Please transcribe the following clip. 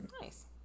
Nice